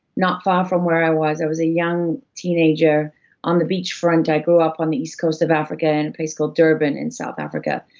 not far from where i was. i was a young teenager on the beach front. i grew up on the east coast of africa in a place called durban, in south africa.